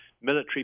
military